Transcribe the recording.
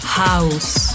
house